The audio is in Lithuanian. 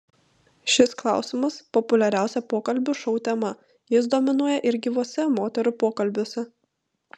šis klausimas populiariausia pokalbių šou tema jis dominuoja ir gyvuose moterų pokalbiuose